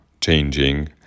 changing